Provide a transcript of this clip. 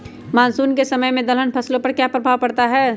Monsoon के समय में दलहन फसलो पर क्या प्रभाव पड़ता हैँ?